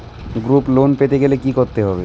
Group loan পেতে গেলে কি করতে হবে?